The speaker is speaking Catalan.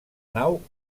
nau